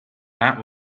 night